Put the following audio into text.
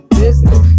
business